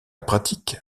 pratique